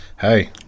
hey